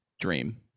dream